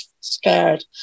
scared